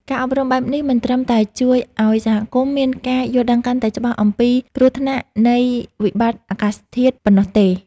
ការអប់រំបែបនេះ មិនត្រឹមតែជួយឱ្យសហគមន៍មានការយល់ដឹងកាន់តែច្បាស់អំពីគ្រោះថ្នាក់នៃវិបត្តិអាកាសធាតុប៉ុណ្ណោះទេ។